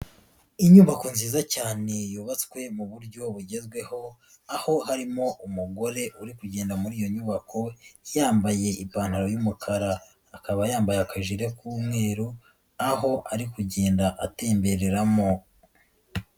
Inyubako nziza cyane yubatswe mu buryo bugezweho, aho harimo umugore uri kugenda muri iyo nyubako yambaye ipantaro y'umukara, akaba yambaye akajire k'umweru, aho ari kugenda atembereramo.